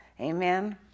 amen